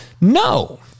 No